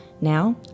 Now